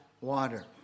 water